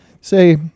say